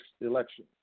election